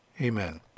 Amen